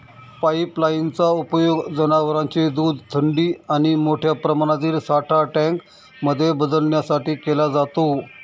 pipeline चा उपयोग जनवरांचे दूध थंडी आणि मोठ्या प्रमाणातील साठा टँक मध्ये बदलण्यासाठी केला जातो